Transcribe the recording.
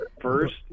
First